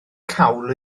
cawl